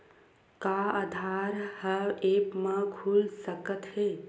का आधार ह ऐप म खुल सकत हे?